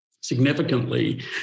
significantly